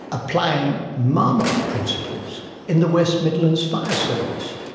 applying marmot principles in the west midlands fire service.